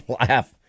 laugh